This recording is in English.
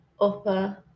upper